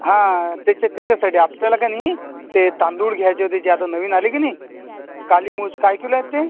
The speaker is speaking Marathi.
हां त्याच्या त्याच्यासाठी आपल्याला का नाही ते तांदूळ घ्यायचे होते जे आता नवीन आले की नाही कालीमूँछ काय किलो आहेत ते